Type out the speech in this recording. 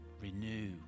Renew